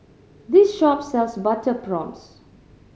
this shop sells butter prawns